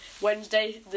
Wednesday